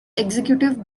executive